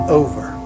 over